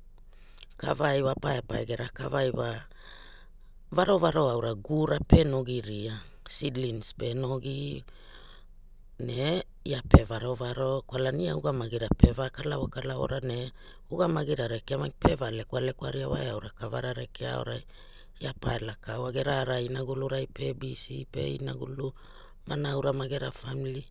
kavai wa apae apea gera kavai wa varovaro gu ura pe nogiria sidlings pe nogi ne ai pe varovaro kwalana ia ugamagira pevakalavo kalavora ne ugamagira rekea maki pere lekwa lekwa ria wa eau rakavara rekea aurai ia pa e laka oa gera ova ova inagulura pe bisi pe inagulu ma aura magera famili.